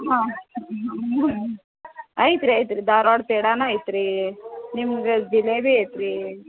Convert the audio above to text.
ಹಾಂ ಐತ್ರೀ ಐತ್ರೀ ಧಾರ್ವಾಡ ಪೇಡನೂ ಐತ್ರೀ ನಿಮ್ಗೆ ಜಿಲೇಬಿ ಐತ್ರೀ